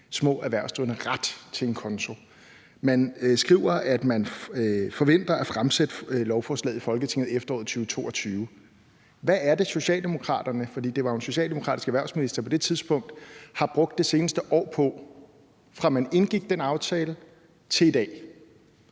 små erhvervsdrivende ret til en konto. Man skriver, at man forventer at fremsætte lovforslaget i Folketinget i efteråret 2022. Hvad er det, Socialdemokraterne – for det var jo en socialdemokratisk erhvervsminister på det tidspunkt – har brugt det seneste år på, fra man indgik den aftale til i dag?